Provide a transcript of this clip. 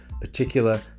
particular